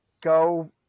Go